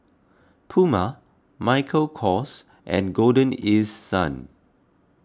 Puma Michael Kors and Golden East Sun